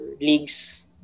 leagues